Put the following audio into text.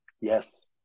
Yes